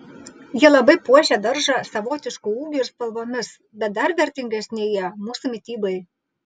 jie labai puošia daržą savotišku ūgiu ir spalvomis bet dar vertingesni jie mūsų mitybai